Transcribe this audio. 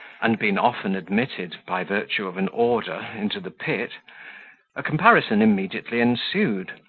and been often admitted, by virtue of an order, into the pit a comparison immediately ensued,